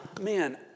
man